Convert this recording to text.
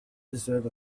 deserve